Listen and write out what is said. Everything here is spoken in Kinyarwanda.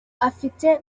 afite